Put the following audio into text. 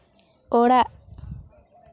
ᱚᱲᱟᱜ